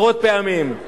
עשרות פעמים,